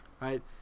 Right